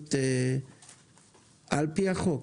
מדיניות על פי החוק,